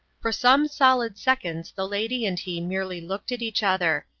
for some solid seconds the lady and he merely looked at each other,